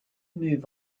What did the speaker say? move